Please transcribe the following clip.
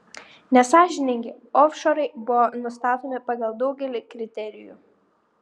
nesąžiningi ofšorai buvo nustatomi pagal daugelį kriterijų